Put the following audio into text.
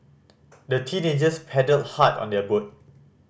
the teenagers paddled hard on their boat